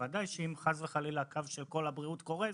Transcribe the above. בוודאי שאם חס וחלילה הקו של "קול הבריאות" קורס,